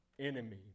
enemy